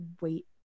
wait